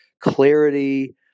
clarity